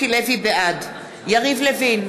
בעד יריב לוין,